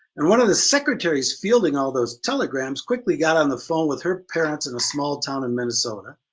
and one of the secretaries fielding all those telegrams quickly got on the phone with her parents in a small town in minnesota,